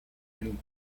and